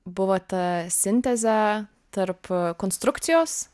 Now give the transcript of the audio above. buvo ta sintezė tarp konstrukcijos